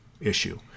issue